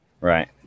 Right